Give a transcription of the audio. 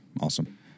awesome